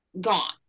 gone